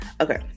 okay